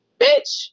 bitch